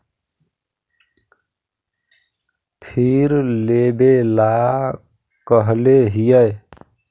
फिर लेवेला कहले हियै?